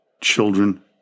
children